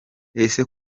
ese